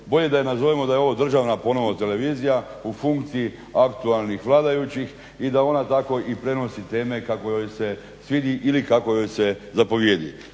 Bolje da je nazovemo da je ovo državna ponovno televizija u funkciji aktualnih vladajućih i da ona tako i prenosi teme kako joj se svidi ili kako joj se zapovijedi.